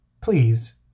Please